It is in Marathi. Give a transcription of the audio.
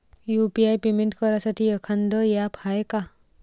यू.पी.आय पेमेंट करासाठी एखांद ॲप हाय का?